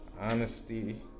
Honesty